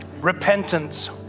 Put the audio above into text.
repentance